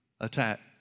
attack